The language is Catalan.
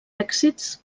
èxits